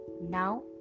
now